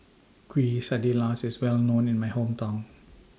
Quesadillas IS Well known in My Hometown